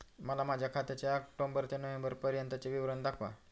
मला माझ्या खात्याचे ऑक्टोबर ते नोव्हेंबर पर्यंतचे विवरण दाखवा